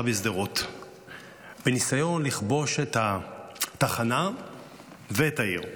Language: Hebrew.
בשדרות בניסיון לכבוש את התחנה ואת העיר.